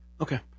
Okay